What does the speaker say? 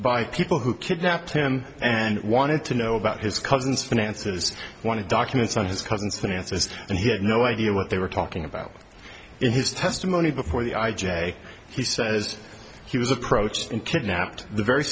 by people who kidnapped him and wanted to know about his cousin's finances wanted documents on his cousin's finances and he had no idea what they were talking about in his testimony before the i j a he says he was approached in kidnapped the very